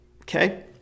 okay